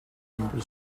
timber